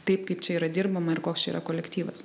taip kaip čia yra dirbama ir koks čia yra kolektyvas